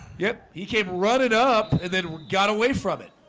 yep, he can't run it up and then got away from it